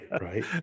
right